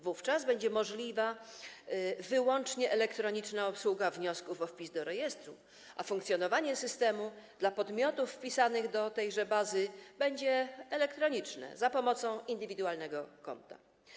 Wówczas będzie możliwa wyłącznie elektroniczna obsługa wniosków o wpis do rejestru, a funkcjonowanie systemu w odniesieniu do podmiotów wpisanych do tejże bazy będzie w formie elektronicznej, za pomocą indywidualnego konta.